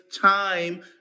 time